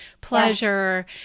pleasure